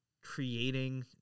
Creating